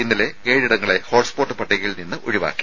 ഇന്നലെ ഏഴിടങ്ങളെ ഹോട്ട്സ്പോട്ട് പട്ടികയിൽ നിന്ന് ഒഴിവാക്കി